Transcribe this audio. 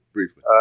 Briefly